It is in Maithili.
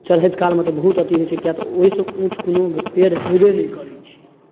चढ़ैत कालमे तऽ बहुत अथि होइ छै किआक तऽ ओहिसँ ऊँच कोनो पेड़ हेबे नहि करै छै